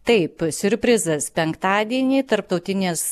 taip siurprizas penktadienį tarptautinės